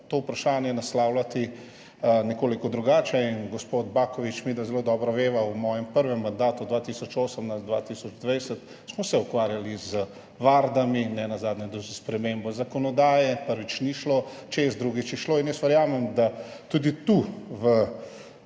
to vprašanje naslavljati nekoliko drugače. Gospod Baković, midva zelo dobro veva, v mojem prvem mandatu 2018–2020 smo se ukvarjali z vardami, nenazadnje tudi s spremembo zakonodaje, prvič ni šlo čez, drugič je šlo in jaz verjamem, da je tudi